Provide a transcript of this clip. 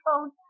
phone